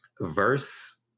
verse